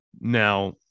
Now